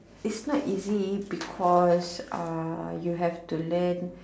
it's not easy because uh you have to learn